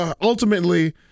ultimately